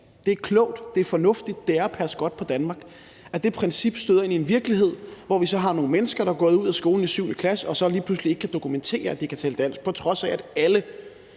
det er klogt, det er fornuftigt, det er at passe godt på Danmark – støder ind i en virkelighed, hvor vi så har nogle mennesker, der er gået ud af skolen efter 7. klasse, og som så lige pludselig ikke kan dokumentere, at de kan tale dansk, på trods af at alle,